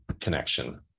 Connection